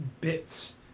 bits